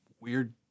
weird